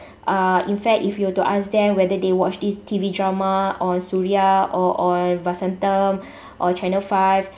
uh in fact if you were to ask them whether they watch this T_V drama or suria or or vasantham or channel five uh